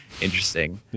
interesting